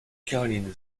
caroline